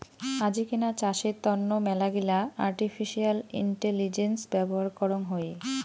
আজিকেনা চাষের তন্ন মেলাগিলা আর্টিফিশিয়াল ইন্টেলিজেন্স ব্যবহার করং হই